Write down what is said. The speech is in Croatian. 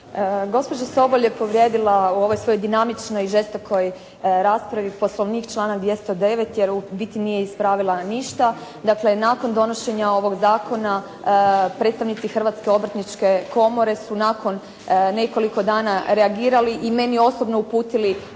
Gospođa Sobol je povrijedila u ovoj svojoj dinamičnoj i žestokoj raspravi Poslovnik članak 209. jer u biti nije ispravila ništa. Dakle, nakon donošenja ovoga zakona predstavnici Hrvatske obrtničke komore su nakon nekoliko dana reagirali i meni osobno uputili